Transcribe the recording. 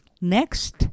Next